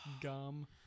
gum